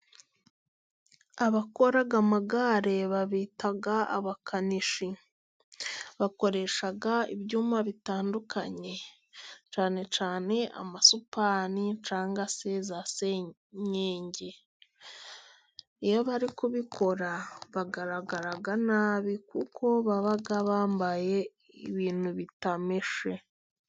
Abakora amagare babita abakanishi, bakoresha ibyuma bitandukanye cyane cyane amasupana cyangwa se za senkenge, iyo bari kubikora bagaragara nabi kuko baba bambaye ibintu bitameshe.